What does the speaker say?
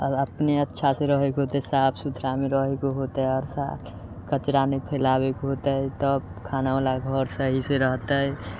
आओर अपने अच्छासँ रहैके होतै साफ सुथरामे रहैके होतै आओर साफ कचरा नहि फैलाबेके होतै तब खानावला घऽर सहीसँ रहतै